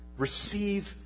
Receive